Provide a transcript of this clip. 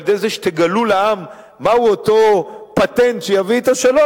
על-ידי זה שתגלו לעם מהו אותו פטנט שיביא את השלום,